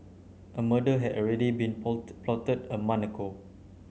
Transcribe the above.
a murder had already been plotted a month ago